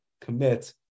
commit